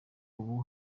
ubu